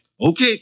Okay